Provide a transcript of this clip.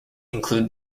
include